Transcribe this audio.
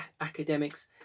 academics